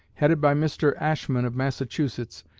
headed by mr. ashmun of massachusetts,